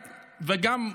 וגם,